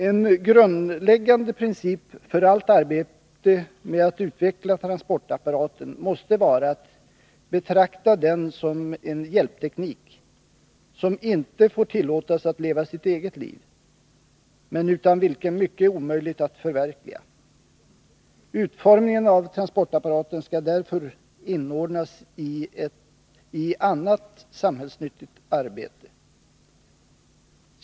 En grundläggande princip för allt arbete med att utveckla transportapparaten måste vara att betrakta den som en hjälpteknik, som inte får tillåtas att leva sitt eget liv, men utan vilken mycket är omöjligt att förverkliga. Utformningen av transportapparaten skall därför inordnas i annat samhällsnyttigt arbete.